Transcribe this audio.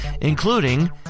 including